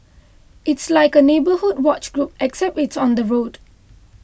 it's like a neighbourhood watch group except it's on the road